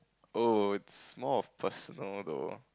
oh it's more of personal though